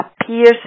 appears